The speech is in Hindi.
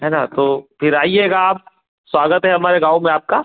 है ना तो फिर आइएगा आप स्वागत है हमारे गाँव में आपका